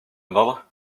another